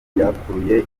byakuruye